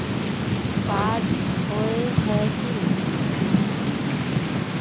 Card होय है की?